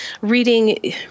reading